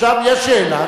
עכשיו יש שאלה,